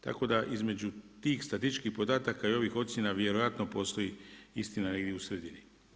Tako, da između tih statističkih podataka i ovih ocjena vjerojatno postoji istina negdje u sredini.